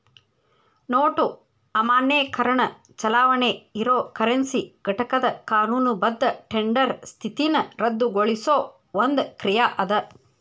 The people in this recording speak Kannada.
ನೋಟು ಅಮಾನ್ಯೇಕರಣ ಚಲಾವಣಿ ಇರೊ ಕರೆನ್ಸಿ ಘಟಕದ್ ಕಾನೂನುಬದ್ಧ ಟೆಂಡರ್ ಸ್ಥಿತಿನ ರದ್ದುಗೊಳಿಸೊ ಒಂದ್ ಕ್ರಿಯಾ ಅದ